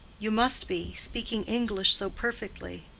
you must be speaking english so perfectly.